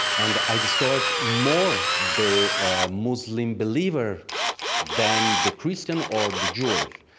and i discovered more the ah muslim believer than the christian or the jewish.